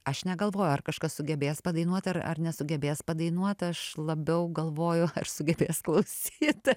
aš negalvoju ar kažkas sugebės padainuot ar ar nesugebės padainuot aš labiau galvoju ar sugebės klausyt